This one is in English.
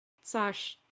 Sash